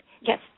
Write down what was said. Yes